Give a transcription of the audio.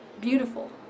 beautiful